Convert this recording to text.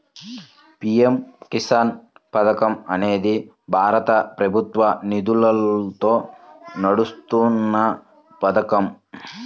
PM Kisan పథకం అనేది భారత ప్రభుత్వ నిధులతో నడుస్తున్న పథకం